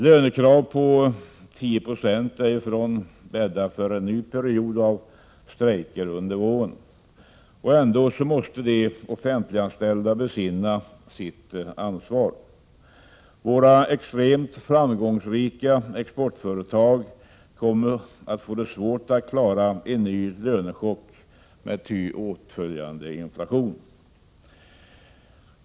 Lönekrav på 10 96 därifrån bäddar för en ny period av strejker under våren. Och ändå måste de offentliganställda besinna sitt ansvar. Våra extremt framgångsrika exportföretag kommer att få svårt att klara en ny lönechock med ty åtföljande inflation.